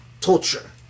torture